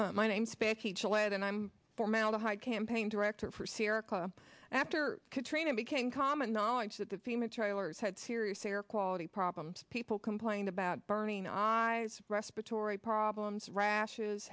gillett my name spanky chill and i'm formaldehyde campaign director for sierra club after katrina became common knowledge that the fema trailers had serious air quality problems people complained about burning eyes respiratory problems rashes